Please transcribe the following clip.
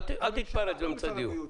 אל תתפרץ באמצע דיון.